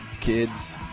kids